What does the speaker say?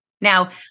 Now